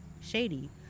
shady